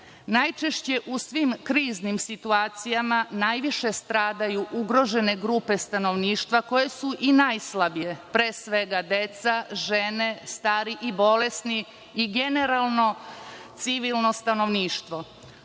Najčešće u svim kriznim situacijama najviše stradaju ugrožene grupe stanovništva koje su i najslabije, pre svega deca, žene, stari i bolesni i generalno civilno stanovništvo.